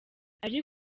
ari